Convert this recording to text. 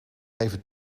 even